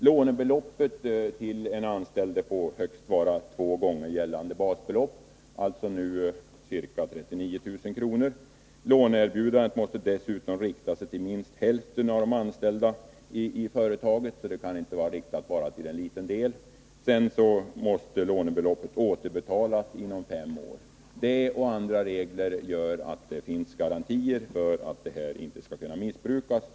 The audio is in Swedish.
Lånebeloppet till de anställda får vara högst två gånger gällande basbelopp, alltså nu ca 39 000 kr. Erbjudandet om lån måste dessutom rikta sig till minst hälften av de anställda i företaget — inte bara till en liten del. Vidare måste lånet återbetalas inom fem år. Dessa och andra regler gör att det finns garantier för att denna bestämmelse inte kan missbrukas.